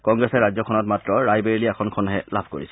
কংগ্ৰেছে ৰাজ্যখনত মাত্ৰ ৰাইবেৰেলী আসনখনহে লাভ কৰিছে